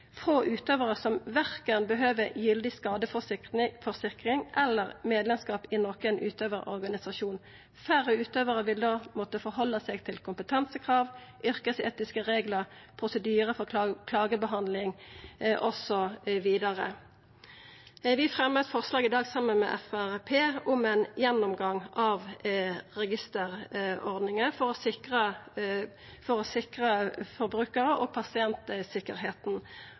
utøvarar som verken behøver gyldig skadeforsikring eller medlemskap i nokon utøvarorganisasjon. Færre utøvarar vil da måtta halda seg til kompetansekrav, yrkesetiske reglar, prosedyrar for klagebehandling osv. Vi fremjar eit forslag i dag, saman med Framstegspartiet, om ein gjennomgang av registerordninga for å sikra forbrukarar og